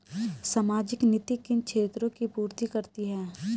सामाजिक नीति किन क्षेत्रों की पूर्ति करती है?